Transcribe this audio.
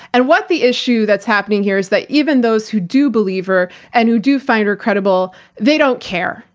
and what the issue that's happening here, is that even those who do believe her, and who do find her credible, they don't care.